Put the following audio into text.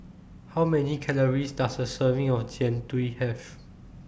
How Many Calories Does A Serving of Jian Dui Have